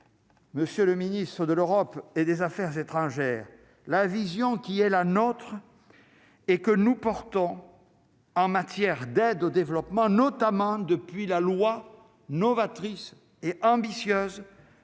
Monsieur le Ministre de l'Europe et des Affaires étrangères, la vision qui est la nôtre et que nous portons en matière d'aide au développement, notamment depuis la loi novatrices et ambitieuses